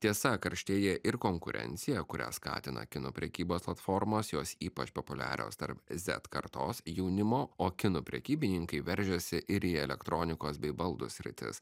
tiesa karštėja ir konkurencija kurią skatina kinų prekybos platformos jos ypač populiarios tarp z kartos jaunimo o kinų prekybininkai veržiasi ir į elektronikos bei baldų sritis